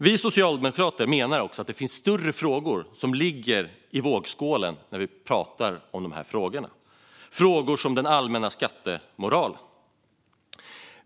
Vi socialdemokrater menar också att det ligger större frågor i vågskålen när vi pratar om detta - frågor som den allmänna skattemoralen.